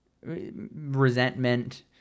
resentment